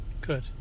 Good